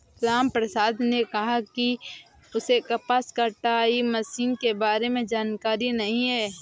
रामप्रसाद ने कहा कि उसे कपास कटाई मशीन के बारे में जानकारी नहीं है